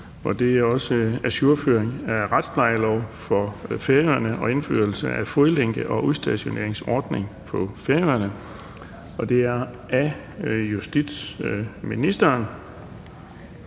straf m.v. (Ajourføring af retsplejelov for Færøerne og indførelse af fodlænke- og udstationeringsordning på Færøerne). Af justitsministeren